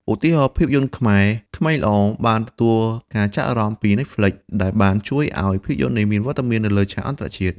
ឧទាហរណ៍ ភាពយន្តខ្មែរ ក្មេងល្អ បានទទួលការចាប់អារម្មណ៍ពី Netflix ដែលបានជួយឲ្យភាពយន្តនេះមានវត្តមាននៅលើឆាកអន្តរជាតិ។